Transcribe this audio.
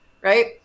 right